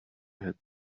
had